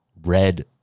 red